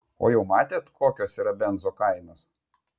o jau matėt kokios yra benzo kainos